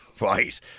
Right